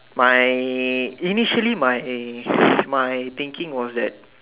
my initially my my thinking was that